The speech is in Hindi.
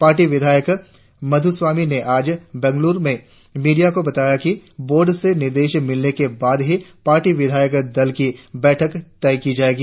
पार्टी विधायक मध्रस्वामी ने आज बेंगलुरु में मीडिया को बताया कि बोर्ड से निर्देश मिलने के बाद ही पार्टी विधायक दल की बैठक तय की जायेगी